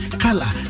color